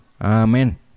amen